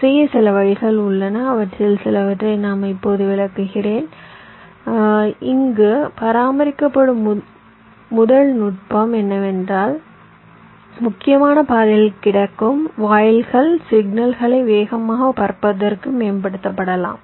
செய்ய சில வழிகள் உள்ளன அவற்றில் சிலவற்றை நான் இப்போது விளக்குகிறேன் இங்கு பராமரிக்கப்படும் முதல் நுட்பம் என்னவென்றால் முக்கியமான பாதையில் கிடக்கும் வாயில்கள் சிக்னல்களை வேகமாகப் பரப்புவதற்கு மேம்படுத்தப்படலாம்